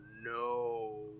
no